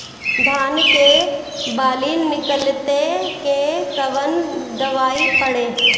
धान के बाली निकलते के कवन दवाई पढ़े?